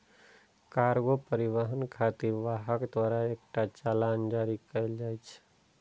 cargo परिवहन खातिर वाहक द्वारा एकटा चालान जारी कैल जाइ छै